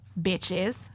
Bitches